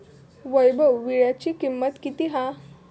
वैभव वीळ्याची किंमत किती हा?